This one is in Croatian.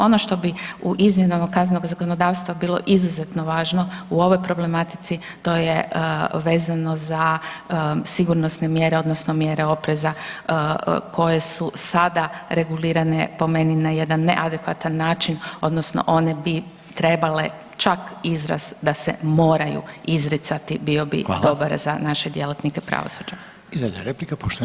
Ono što bi u izmjenama kaznenog zakonodavstva bilo izuzetno važno u ovoj problematici, to je vezano za sigurnosne mjere, odnosno mjere opreza koje su sada regulirane, po meni, na jedan neadekvatan način, odnosno one bi trebale čak izrast da se moraju izricati, bio bi dobar za naše djelatnike pravosuđa.